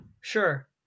sure